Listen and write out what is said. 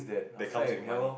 that comes with money